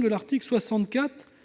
personnalisée